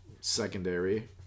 secondary